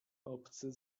obcy